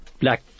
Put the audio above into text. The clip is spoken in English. black